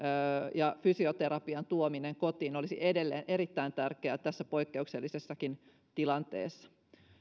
ja fysioterapian tuominen kotiin olisi edelleen erittäin tärkeää tässä poikkeuksellisassakin tilanteessa